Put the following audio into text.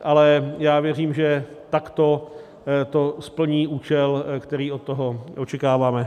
Ale já věřím, že takto to splní účel, který od toho očekáváme.